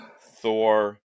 Thor